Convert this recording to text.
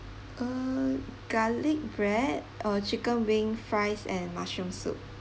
uh garlic bread or chicken wing fries and mushroom soup